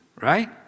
right